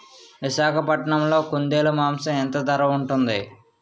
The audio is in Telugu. విశాఖపట్నంలో కుందేలు మాంసం ఎంత ధర ఉంటుంది?